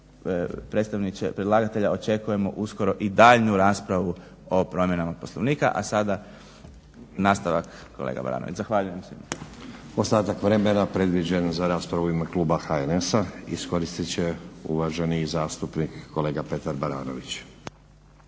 predlagatelja očekujemo uskoro i daljnju raspravu o promjenama Poslovnika. A sada nastavak kolega Baranović. Zahvaljujem se. **Stazić, Nenad (SDP)** Ostatak vremena predviđen za raspravu u ime kluba HNS-a iskoristit će uvaženi zastupnik kolega Petar Baranović.